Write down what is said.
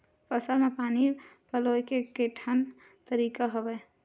फसल म पानी पलोय के केठन तरीका हवय?